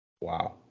Wow